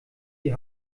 die